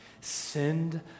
Send